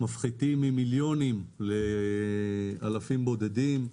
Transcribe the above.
מפחיתים ממיליונים לאלפים בודדים.